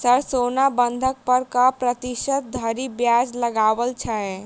Sir सोना बंधक पर कऽ प्रतिशत धरि ब्याज लगाओल छैय?